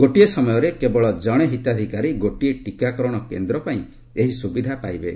ଗୋଟିଏ ସମୟରେ କେବଳ ଜଣେ ହିତାଧିକାରୀ ଗୋଟିଏ ଟିକାକରଣ କେନ୍ଦ୍ର ପାଇଁ ଏହି ସୁବିଧା ପାଇବେ